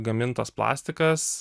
gamintas plastikas